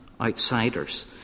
outsiders